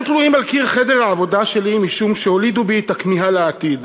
הם תלויים על קיר חדר העבודה שלי משום שהולידו בי את הכמיהה לעתיד.